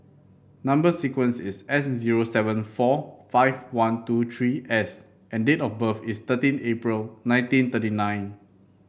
number sequence is S zero seven four five one two three S and date of birth is thirteen April nineteen thirty nine